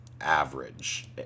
average